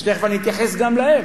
ותיכף אתייחס גם אליהן,